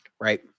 Right